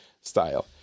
style